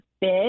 big